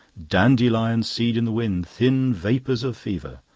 dandelion seed in the wind, thin vapours of fever.